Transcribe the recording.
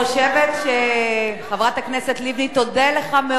לך מאוד על השירות שלך לקראת הבחירות הבאות.